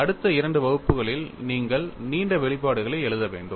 அடுத்த இரண்டு வகுப்புகளில் நீங்கள் நீண்ட வெளிப்பாடுகளை எழுத வேண்டும்